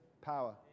power